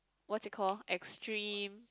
what's it call extreme